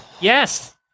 yes